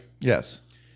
Yes